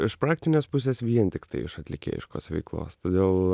iš praktinės pusės vien tiktai iš atlikėjiškos veiklos todėl